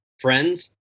friends